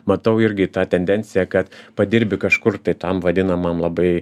matau irgi tą tendenciją kad padirbi kažkur tai tam vadinamam labai